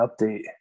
update